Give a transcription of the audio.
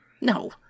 No